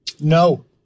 No